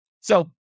So-